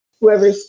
whoever